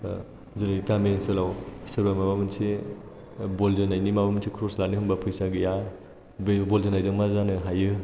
जेरै गामि ओनसोलाव सोरबा माबा मोनसे बल जोनायनि माबा मोनसे कर्स लानो होनबा फैसा गैया बे बल जोनायजों मा जानो हायो